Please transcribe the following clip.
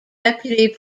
deputy